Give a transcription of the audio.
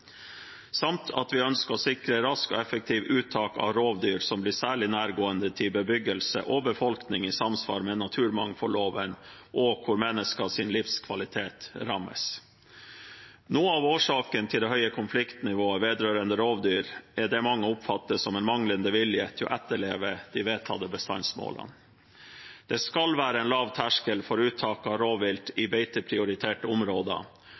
samt at vi ønsker å sikre raskt og effektivt uttak av rovdyr som blir særlig nærgående for bebyggelse og befolkning i samsvar med naturmangfoldloven, og hvor menneskers livskvalitet rammes. Noe av årsaken til det høye konfliktnivået vedrørende rovdyr er det mange oppfatter som en manglende vilje til å etterleve de vedtatte bestandsmålene. Det skal være en lav terskel for uttak av rovvilt i beiteprioriterte områder,